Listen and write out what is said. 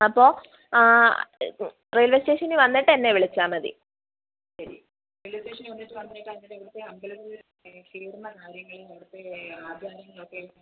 അപ്പോൾ ആ ഇത് റെയിൽവേ സ്റ്റേഷനിൽ വന്നിട്ട് എന്നെ വിളിച്ചാൽ മതി